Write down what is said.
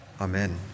Amen